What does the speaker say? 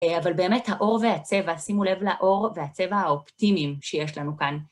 אבל באמת האור והצבע, שימו לב לאור והצבע האופטימיים שיש לנו כאן.